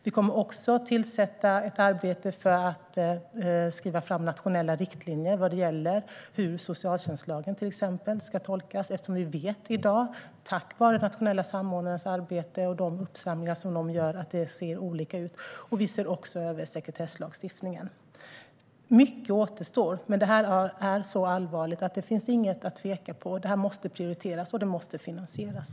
Vi kommer också att tillsätta ett arbete för att skriva nationella riktlinjer för hur socialtjänstlagen, till exempel, ska tolkas. Vi vet nämligen i dag, tack vare den nationella samordnarens arbete och de uppsamlingar som man gör, att det ser olika ut. Vi ser också över sekretesslagstiftningen. Mycket återstår, men detta är så allvarligt att det inte finns något att tveka om. Detta måste prioriteras, och det måste finansieras.